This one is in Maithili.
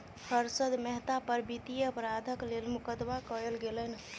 हर्षद मेहता पर वित्तीय अपराधक लेल मुकदमा कयल गेलैन